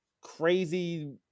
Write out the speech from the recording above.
crazy